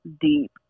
deep